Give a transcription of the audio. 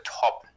top